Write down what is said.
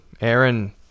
Aaron